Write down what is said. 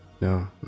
No